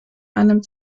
einem